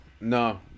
No